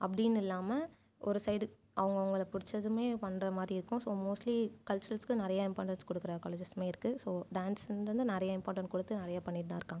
அப்படின்னு இல்லாமல் ஒரு சைட் அவங்க அவங்களுக்கு பிடித்ததுமே பண்ணுற மாதிரி இருக்கும் ஸோ மோஸ்ட்லி கல்ச்சுரல்ஸுக்கு நிறைய இம்பார்ட்டன்ஸ் கொடுக்குற காலேஜஸ்ஸுமே இருக்கு ஸோ டான்ஸ்ன்றது நிறைய இம்பார்ட்டன்ட் கொடுத்து நிறைய பண்ணிட்டுதான் இருக்காங்க